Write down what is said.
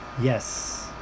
Yes